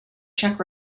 czech